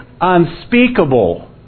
unspeakable